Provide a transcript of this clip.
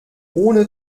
ohne